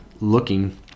looking